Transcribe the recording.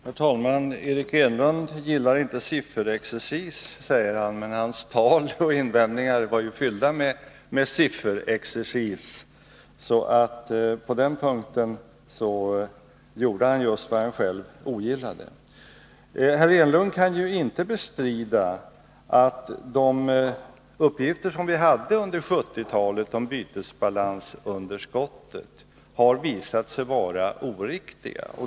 Herr talman! Eric Enlund gillar inte sifferexercis, säger han. Men hans tal och invändningar var ju fyllda med sifferexercis. På den punkten gjorde han alltså just vad han själv ogillade. Herr Enlund kan inte bestrida att de uppgifter som vi hade under 1970-talet om bytesbalansunderskottet har visat sig var oriktiga.